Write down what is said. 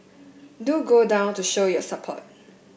do go down to show your support